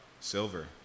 Silver